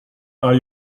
are